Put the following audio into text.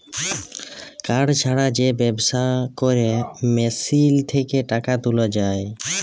card ছাড়া যে ব্যবস্থা ক্যরে মেশিল থ্যাকে টাকা তুলা যায়